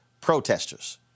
protesters